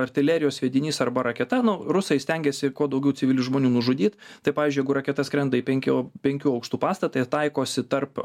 artilerijos sviedinys arba raketa nu rusai stengiasi kuo daugiau civilių žmonių nužudyt tai pavyzdžiui jeigu raketa skrenda į penkių penkių aukštų pastatą jie taikosi tarp